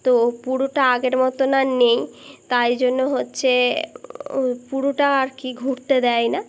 তো পুরোটা আগের মতো না নেই তাই জন্য হচ্ছে পুরোটা আর কি ঘুরতে দেয় না